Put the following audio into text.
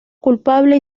culpable